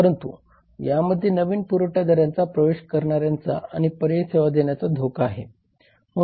परंतु यामध्ये नवीन पुरवठ्यादारांचा प्रवेश करणाऱ्यांचा आणि पर्यायी सेवा देण्याचा धोका आहे